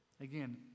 Again